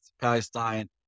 Palestine